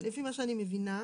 לפי מה שאני מבינה,